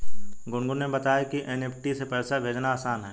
गुनगुन ने बताया कि एन.ई.एफ़.टी से पैसा भेजना आसान है